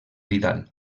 vidal